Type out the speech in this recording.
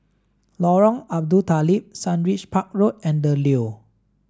Lorong Abu Talib Sundridge Park Road and The Leo